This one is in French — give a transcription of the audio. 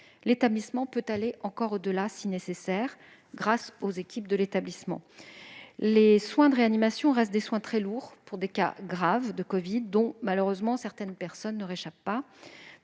l'établissement peut aller encore au-delà si nécessaire. Les soins de réanimation restent des soins très lourds pour des cas graves de covid, dont malheureusement certaines personnes ne réchappent pas.